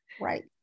Right